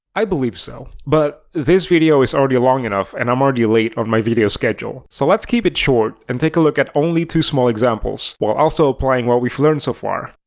i believe so. but this video is already long enough and i'm already late on my video schedule. so let's keep it short and take a look at only two small examples while also applying what we've learned so far.